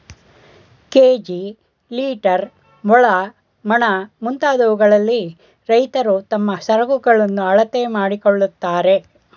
KG, litre, ಮೊಳ, ಮಣ, ಮುಂತಾದವುಗಳಲ್ಲಿ ರೈತ್ರು ತಮ್ಮ ಸರಕುಗಳನ್ನು ಅಳತೆ ಮಾಡಿಕೊಳ್ಳುತ್ತಾರೆ